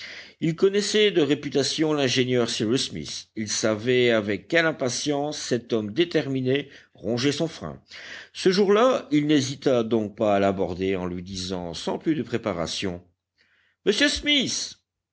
il connaissait de réputation l'ingénieur cyrus smith il savait avec quelle impatience cet homme déterminé rongeait son frein ce jour-là il n'hésita donc pas à l'aborder en lui disant sans plus de préparation monsieur smith